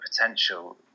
potential